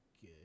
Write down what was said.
good